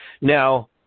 Now